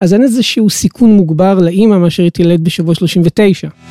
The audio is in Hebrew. אז אין איזשהו סיכון מוגבר לאמא, מאשר היא תלד בשבוע 39?